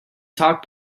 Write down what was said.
talk